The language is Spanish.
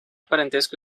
parentesco